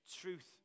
Truth